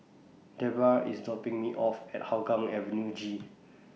Debra IS dropping Me off At Hougang Avenue G